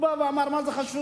הוא בא ואמר: מה זה חשוב?